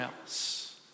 else